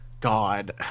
God